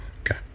Okay